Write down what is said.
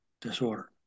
Disorder